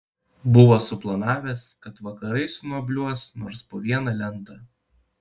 buvo suplanavęs kad vakarais nuobliuos nors po vieną lentą